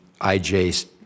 IJ